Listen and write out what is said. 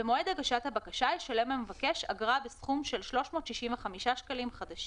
במועד הגשת הבקשה ישלם המבקש אגרה בסכום של 365 שקלים חדשים,